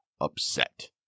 upset